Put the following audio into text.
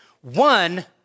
One